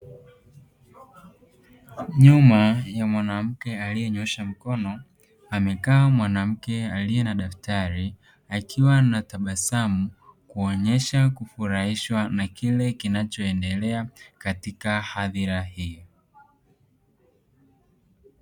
Nyuma ya mwanamke aliyenyoosha mkono amekaa mwanamke aliye na daftari akiwa na tabasamu kuonyesha kufurahishwa na kile kinachoendelea katika hadhira hii.